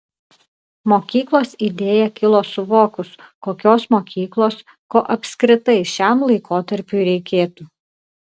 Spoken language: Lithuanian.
mokyklos idėja kilo suvokus kokios mokyklos ko apskritai šiam laikotarpiui reikėtų